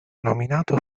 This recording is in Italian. nominato